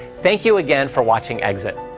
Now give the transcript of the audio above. thank you again for watching exit.